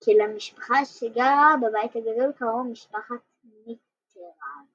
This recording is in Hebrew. כי למשפחה שגרה בבית הגדול קראו משפחת מיטראן.